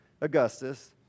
Augustus